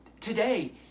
today